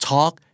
Talk